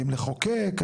האם לחוקק?